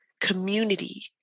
community